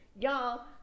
y'all